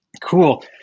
Cool